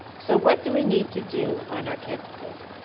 so what do we need to do on our campuses?